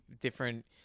different